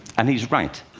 and he's right.